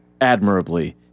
admirably